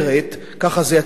ככה זה יצא בתקשורת,